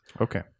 Okay